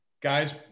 guys